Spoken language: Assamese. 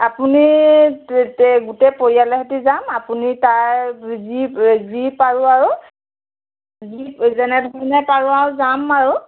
আপুনি গোটেই পৰিয়ালৰ সৈতে যাম আপুনি তাৰ যি যি পাৰোঁ আৰু যি যেনেধৰণে পাৰোঁ আৰু যাম আৰু